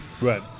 Right